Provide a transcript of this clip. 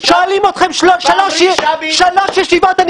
שואלים אתכם שלוש ישיבות,